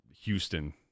Houston